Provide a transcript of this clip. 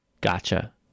Gotcha